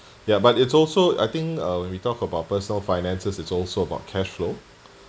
ya but it's also I think uh when we talk about personal finances it's also about cash flow